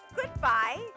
Goodbye